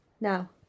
Now